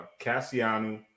Cassiano